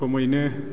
खमैनो